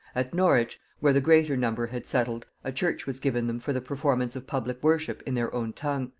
at norwich, where the greater number had settled, a church was given them for the performance of public worship in their own tongue,